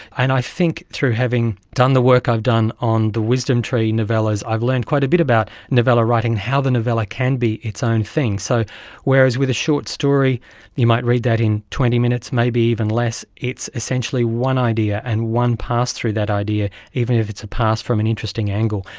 and i think through having done the work i've done on the wisdom tree novellas i've learned quite a bit about novella writing, how the novella can be its own thing. so whereas with a short story you might read that in twenty minutes, maybe even less, it's essentially one idea and one pass through that idea, even if it's a pass from an interesting angle.